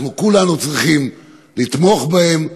אנחנו כולנו צריכים לתמוך בהם,